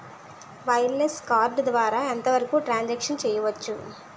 Wireless card ద్వారా ఎంత వరకు ట్రాన్ సాంక్షన్ చేయవచ్చు?